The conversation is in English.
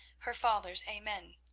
her father's amen.